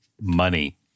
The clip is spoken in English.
Money